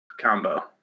combo